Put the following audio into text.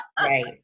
Right